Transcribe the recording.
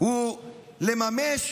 היא לממש